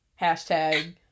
Hashtag